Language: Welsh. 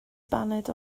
baned